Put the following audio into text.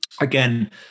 again